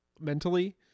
mentally